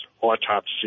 autopsy